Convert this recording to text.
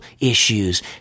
issues